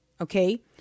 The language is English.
okay